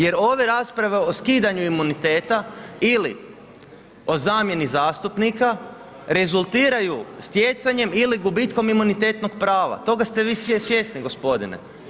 Jer ove rasprave o skidanju imuniteta ili o zamjeni zastupnike, rezultiraju stjecanjem ili gubitkom imunitetnog prava, toga ste vi svjesni gospodine.